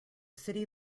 city